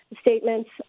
statements